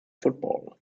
football